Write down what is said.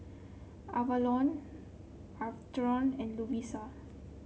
Avalon Atherton and Lovisa